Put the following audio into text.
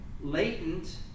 latent